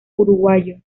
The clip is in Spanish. uruguayo